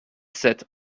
sept